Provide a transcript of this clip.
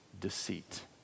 deceit